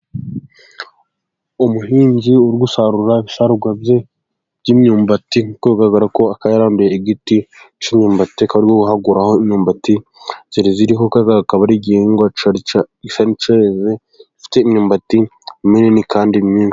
Umuhinzi uri gusarura ibisarurwa bye by'imyumbati , uko bigaragara ko akaba akaranduye igiti cy'imyumbati ,kahaguraraho imyumbati iriho akaba ari igihingwa gisa n'icyeze ifite imyumbati minini kandi myinshi